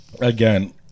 Again